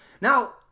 Now